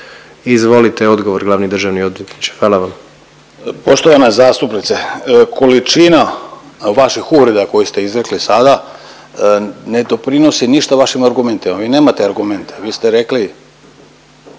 Izvolite odgovor glavni državni odvjetniče. Hvala vam. **Turudić, Ivan** Poštovana zastupnice količina vaših uvreda koje ste izrekli sada ne doprinosi ništa vašim argumentima, vi nemate argumente. Vi ste rekli,